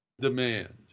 demand